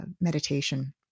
meditation